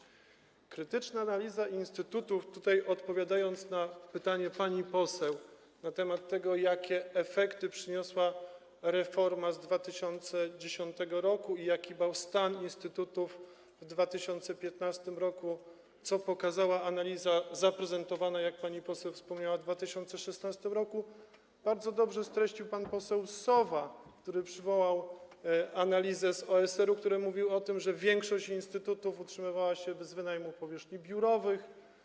Jeżeli chodzi o krytyczną analizę instytutów - tutaj odpowiadam na pytanie pani poseł na temat tego, jakie efekty przyniosła reforma z 2010 r. i jaki był stan instytutów w 2015 r., co pokazała analiza zaprezentowana, jak pani poseł wspomniała, w 2016 r. - bardzo dobrze streścił to pan poseł Sowa, który przywołał analizę z OSR, która mówi o tym, że większość instytutów utrzymywała się z wynajmu powierzchni biurowych.